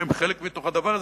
שהם חלק מתוך הדבר הזה,